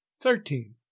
Thirteen